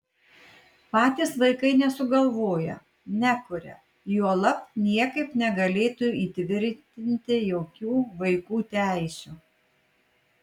patys vaikai nesugalvoja nekuria juolab niekaip negalėtų įtvirtinti jokių vaikų teisių